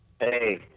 hey